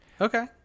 Okay